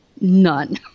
none